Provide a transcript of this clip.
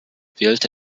wählte